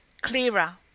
clearer